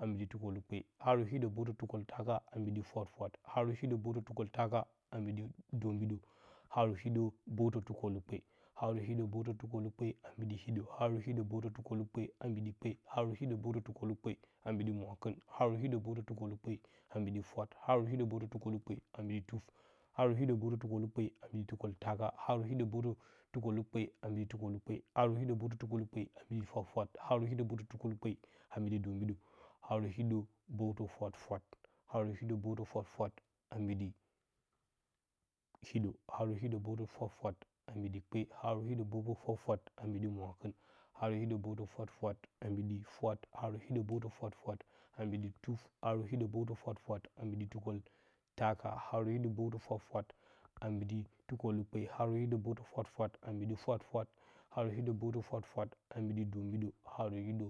a mbiɗi tukelukpe haarə hiɗə bəwtə tukoltaka a mbiɗi fwa fwat, haarə hiɗə bəwtə tukoltaka a mbiɗi dombiɗə haarə hiɗə bəwtə tukolukpe. Haarə hiɗə bəwtə tukolukpe a mbiɗi hiɗə, haarə hiɗə bəwtə tukolukpe a mbiɗi kpe, haarə hiɗə bəwtə tukolukpe a mbiɗi mwakiturn, haarə hiɗə bawtarun tukolukpe a mbiɗi fwat, haarə hiɗə bəwtə tukoltaka a mbiɗi tuf, haarə hiɗə bəwtə tukolukpe a mbiɗi, tukoltaka, haarə hiɗə bəwtə tukolukpe a mbiɗi tukelukpe, haarə hiɗə bəwtə tukolukpe a mbiɗifurafwat, haarə hiɗə bəwtə tukolukpe a mbiɗi dombiɗə haarə hiɗə bəwtə fwafwat. Haarə hiɗə bəwtə fwafwat a mbiɗi hiɗə, haarə hiɗə bəwtə fwafwat ambiɗi kpe, haarə hiɗə bəwtə fwafwat a mbiɗi mwakɨn, haarə hiɗə bəwtə fwafwat a inbiɗi fwat, haarə hiɗə bəwtə fwafwat a mbiɗi tuf, haarə hiɗə bəwtə fwafwat a mbiɗi tukol taka, haarə hiɗ ə bəwtə fwafwat a mbiɗi tukolukpe, haarə hidəə bəwturn fwafwat a mbiɗi fwafwat haarə hiɗə bəwtə fwafwat a mbiɗi dom biɗə, haarə hiɗə